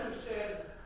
said,